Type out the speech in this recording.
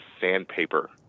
sandpaper